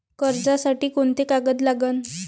कर्जसाठी कोंते कागद लागन?